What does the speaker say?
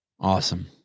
Awesome